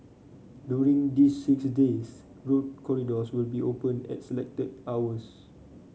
during these six days road corridors will be open at selected hours